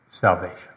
salvation